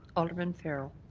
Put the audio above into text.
alderman farrell.